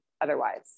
otherwise